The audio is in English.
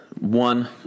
one